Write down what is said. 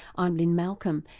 i'm lynne malcolm,